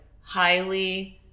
highly